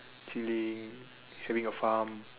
chilling having a farm